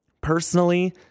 Personally